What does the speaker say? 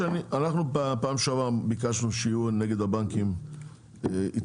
בפעם שעברה אנחנו ביקשנו שיהיו נגד הבנקים עיצומים,